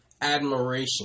admiration